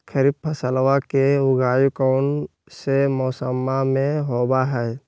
खरीफ फसलवा के उगाई कौन से मौसमा मे होवय है?